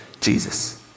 Jesus